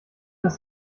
das